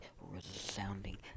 resounding